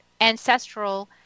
ancestral